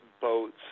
boats